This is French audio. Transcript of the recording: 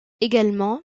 également